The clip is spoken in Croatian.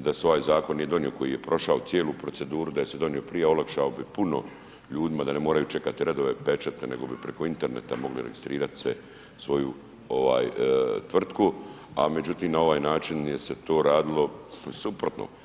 da se ovaj zakon nije donio koji je prošao cijelu proceduru, da se je donio prije olakšao bi puno ljudima da ne moraju čekati redove, pečate nego bi preko interneta mogli registrirat se svoju ovaj tvrtku, a međutim na ovaj način je se to radilo suprotno.